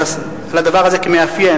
על הדבר הזה כמאפיין,